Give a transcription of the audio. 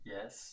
Yes